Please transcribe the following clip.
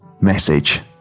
message